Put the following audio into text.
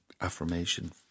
affirmation